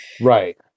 Right